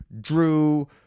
Drew